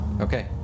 Okay